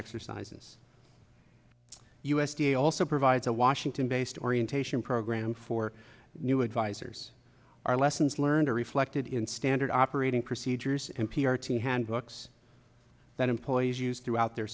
exercises u s t a also provides a washington based orientation program for new advisors are lessons learned are reflected in standard operating procedures in p r t handbooks that employees use throughout their